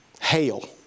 Hail